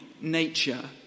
nature